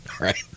Right